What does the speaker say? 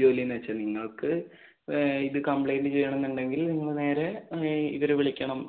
ജോലിയെന്നുവച്ചാല് നിങ്ങൾക്ക് ഇത് കംപ്ലെയ്ൻറ്റ് ചെയ്യാണെന്നുണ്ടെങ്കിൽ നിങ്ങള് നേരെ ഇതില് വിളിക്കണം